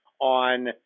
on